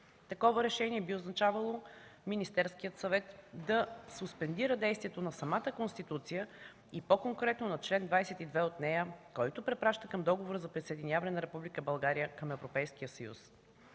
Такова решение би означавало Министерският съвет да суспендира действието на самата Конституция и по-конкретно на чл. 22 от нея, който препраща към Договора за присъединяване на Република България към Европейския съюз.